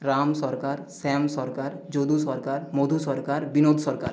Ram Sarkar Shyam Sarkar Jadu Sarkar Madhu Sarkar Binod Sarkar